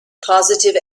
positive